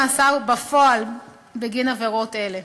אלה.